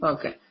Okay